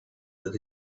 that